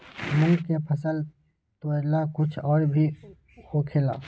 मूंग के फसल तोरेला कुछ और भी होखेला?